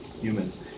humans